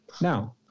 Now